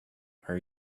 are